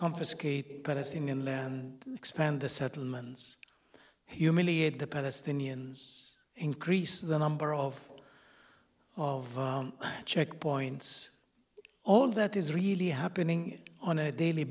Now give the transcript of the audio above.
confiscate palestinian land expand the settlements humiliate the palestinians increase the number of of checkpoints all that is really happening on a daily